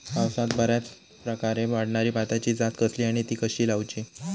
पावसात बऱ्याप्रकारे वाढणारी भाताची जात कसली आणि ती कशी लाऊची?